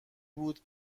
بود